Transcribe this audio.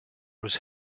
was